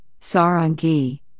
Sarangi